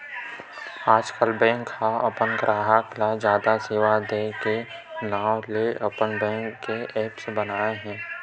आजकल बेंक ह अपन गराहक ल जादा सेवा दे के नांव ले अपन बेंक के ऐप्स बनाए हे